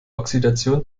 oxidation